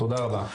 תודה רבה.